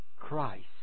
Christ